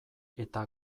eta